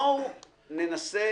בואו ננסה